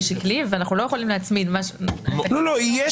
יהיה